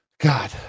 God